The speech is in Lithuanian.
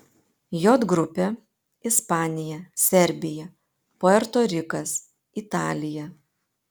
j grupė ispanija serbija puerto rikas italija